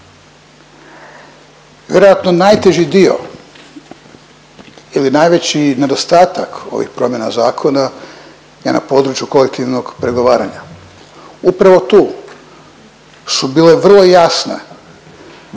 Vjerojatno najteži dio ili najveći nedostatak ovih promjena zakona je na području kolektivnog pregovaranja. Upravo tu su bile vrlo jasne